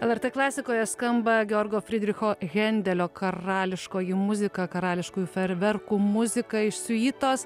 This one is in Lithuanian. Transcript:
lrt klasikoje skamba georgo frydricho hendelio karališkoji muzika karališkųjų fejerverkų muzika iš siuitos